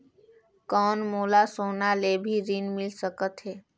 कौन मोला सोना ले भी ऋण मिल सकथे?